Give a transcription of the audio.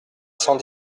cent